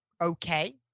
okay